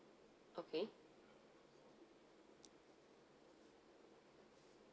okay